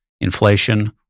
inflation